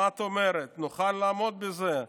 מה את אומרת, נוכל לעמוד בזה?